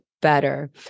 better